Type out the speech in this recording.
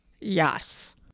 Yes